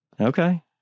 Okay